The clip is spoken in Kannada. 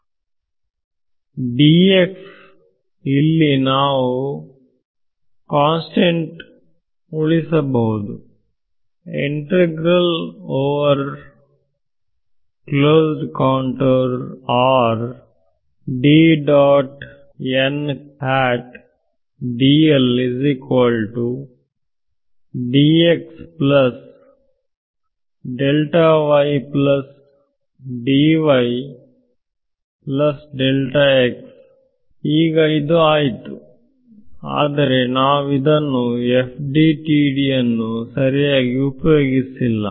ಮತ್ತು ಇಲ್ಲಿ ನಾವು ಕಾನ್ಸ್ಟೆಂಟ್ ಇಂದು ಉಳಿಸಬಹುದು ಈಗ ಅದು ಆಯಿತು ಆದರೆ ನಾವು ಇನ್ನು FDTD ಅನ್ನು ಸರಿಯಾಗಿ ಉಪಯೋಗಿಸಿಲ್ಲ